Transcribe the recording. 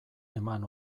eman